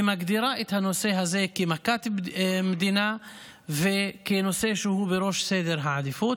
ומגדירה את הנושא הזה כמכת מדינה וכנושא שהוא בראש סדר העדיפויות.